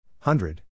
Hundred